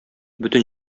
бөтен